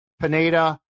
Pineda